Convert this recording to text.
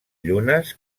llunes